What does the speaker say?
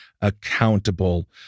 accountable